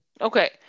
Okay